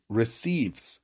receives